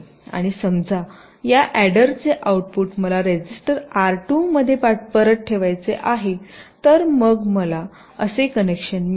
आणि समजा या अॅडरचे आऊटपुट मला रजिस्टर आर 2 मध्ये परत ठेवायचे आहे तर मग मला असे कनेक्शन मिळेल